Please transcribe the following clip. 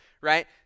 right